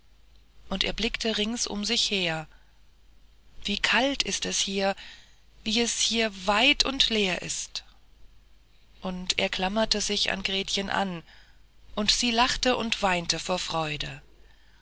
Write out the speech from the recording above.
und er blickte rings um sich her wie kalt ist es hier wie es hier weit und leer ist und er klammerte sich an gretchen an und sie lachte und weinte vor freude